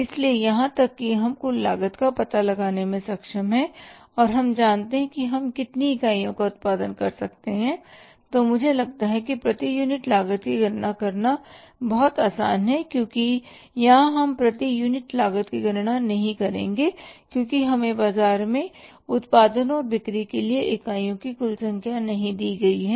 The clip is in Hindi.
इसलिए यहां तक कि हम कुल लागत का पता लगाने में सक्षम हैं और हम जानते हैं कि हम कितनी इकाइयों का उत्पादन कर सकते हैं तो मुझे लगता है कि प्रति यूनिट लागत की गणना करना बहुत आसान है इसलिए यहां हम प्रति यूनिट लागत की गणना नहीं करेंगे क्योंकि हमें बाजार में उत्पादन और बिक्री के लिए इकाइयों की कुल संख्या नहीं दी गई है